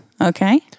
Okay